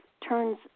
turns